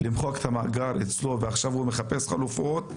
למחוק את המאגר אצלו ועכשיו הוא מחפש חלופות,